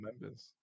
members